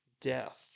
death